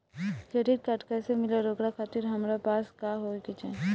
Credit card कैसे मिली और ओकरा खातिर हमरा पास का होए के चाहि?